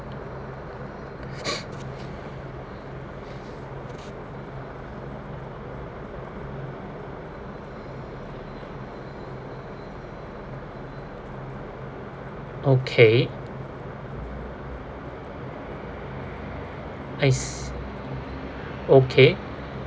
okay I s~ okay